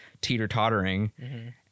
teeter-tottering